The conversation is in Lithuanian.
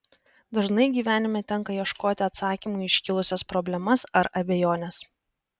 dažnai gyvenime tenka ieškoti atsakymų į iškilusias problemas ar abejones